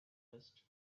list